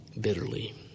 bitterly